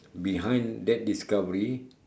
behind that discovery